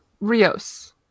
Rios